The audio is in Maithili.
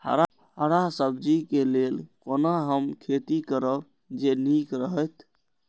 हरा सब्जी के लेल कोना हम खेती करब जे नीक रहैत?